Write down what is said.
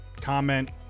comment